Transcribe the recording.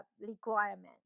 requirement